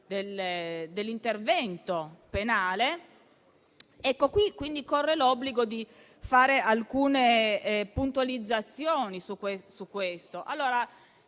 dell'intervento penale. Ecco, mi corre l'obbligo di fare alcune puntualizzazioni su questo.